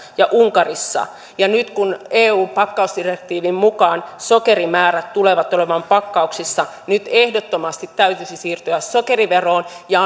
ja unkarissa ja nyt kun eu pakkausdirektiivin mukaan sokerimäärät tulevat olemaan pakkauksissa nyt ehdottomasti täytyisi siirtyä sokeriveroon ja